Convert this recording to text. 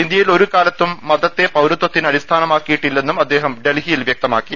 ഇന്ത്യയിൽ ഒരു കാലത്തും മതത്തെ പൌരത്വത്തിന് അടിസ്ഥാനമാക്കിയിട്ടില്ലെന്നും അദ്ദേഹം ഡൽഹിയിൽ വ്യക്തമാക്കി